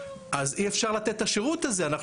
אז אי אפשר לתת את השירות הזה אנחנו